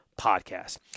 podcast